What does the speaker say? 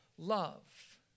love